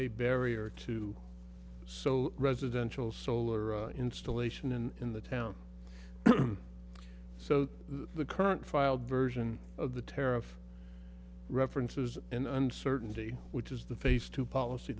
a barrier to so residential solar installation and in the town so the current filed version of the tariff reference was in uncertainty which is the phase two policy